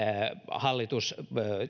hallitus